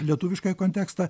lietuviškąjį kontekstą